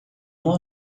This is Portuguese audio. uma